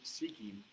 seeking